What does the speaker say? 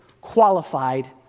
qualified